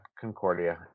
Concordia